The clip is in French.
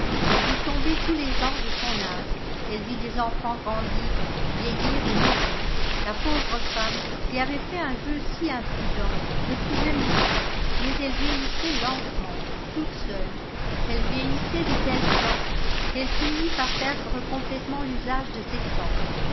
elle vit tomber tous les gens de son âge elle vit les enfants grandir vieillir et mourir la pauvre femme qui avait fait un vœu si imprudent ne pouvait mourir imais elle veillissait lentement toute seule elle vieillissait de telle sorte qu'elle in jir perdre complètement l'usage de ses sens